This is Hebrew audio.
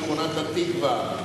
שכונת-התקווה,